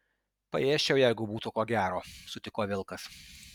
paėsčiau jeigu būtų ko gero sutiko vilkas